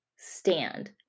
Stand